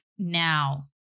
Now